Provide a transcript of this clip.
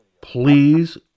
please